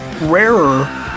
rarer